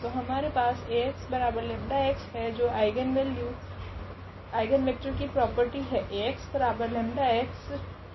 तो हमारे पास Ax 𝜆x है जो आइगनवेल्यू आइगनवेक्टर की प्रॉपर्टि है